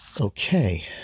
Okay